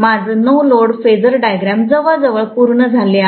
माझं no load phasor diagram जवळजवळ पूर्ण झाले आहे